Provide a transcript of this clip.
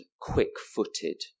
quick-footed